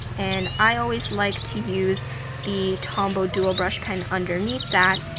and i always like to use the tombow dual brush pen underneath that.